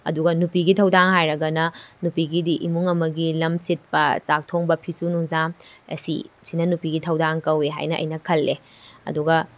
ꯑꯗꯨꯒ ꯅꯨꯄꯤꯒꯤ ꯊꯧꯗꯥꯡ ꯍꯥꯏꯔꯒꯅ ꯅꯨꯄꯤꯒꯤꯗꯤ ꯏꯃꯨꯡ ꯑꯃꯒꯤ ꯂꯝ ꯁꯤꯠꯄ ꯆꯥꯛ ꯊꯣꯡꯕ ꯐꯤꯁꯨ ꯅꯨꯡꯁꯥꯝ ꯑꯁꯤ ꯁꯤꯅ ꯅꯨꯄꯤꯒꯤ ꯊꯧꯗꯥꯡ ꯀꯧꯋꯤ ꯍꯥꯏꯅ ꯑꯩꯅ ꯈꯜꯂꯦ ꯑꯗꯨꯒ